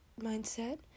mindset